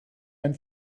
ein